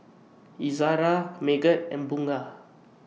Izzara Megat and Bunga